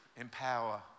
empower